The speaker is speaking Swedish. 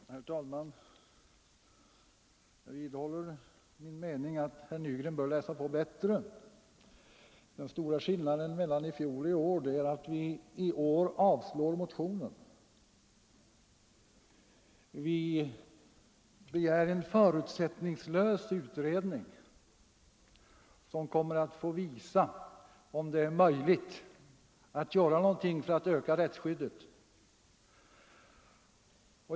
Herr talman! Jag vidhåller min mening att herr Nygren bör läsa på bättre. Den stora skillnaden mellan i fjol och i år är att vi i år avstyrker motionen och begär en förutsättningslös utredning som kommer att få visa om det är möjligt att göra någonting för att öka rättsskyddet.